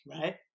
right